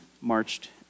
marched